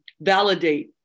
validate